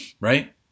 right